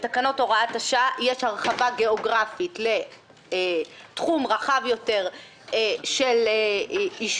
בתקנות הוראת השעה יש הרחבה גיאוגרפית לתחום רחב יותר של ישובים,